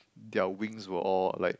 their wings were all like